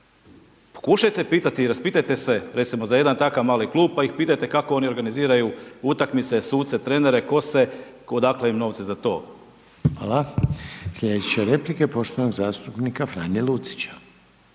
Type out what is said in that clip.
Pokušajte pitati i raspitajte se recimo, za jedan takav mali klub, pa ih pitate kako oni organiziraju, utakmice, suce, trenere, kose, odakle im novci za to. **Reiner, Željko (HDZ)** Hvala. Sljedeća replika, poštovanog zastupnika Franje Lucića.